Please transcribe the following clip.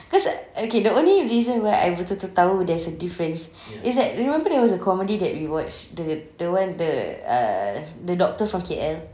cause okay the only reason why I betuk-betul tahu there's a difference is that remember there's a comedy that we watched the the one the err the doctor from K_L